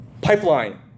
Pipeline